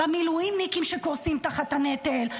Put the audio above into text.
במילואימניקים שקורסים תחת הנטל,